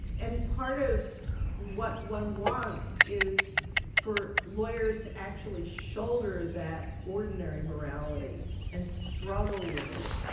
and part of what one wants is for lawyers to actually shoulder that ordinary morality and struggle with it.